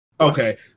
Okay